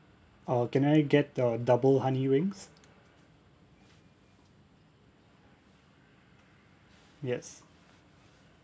uh can I get uh double honey wings yes